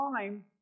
time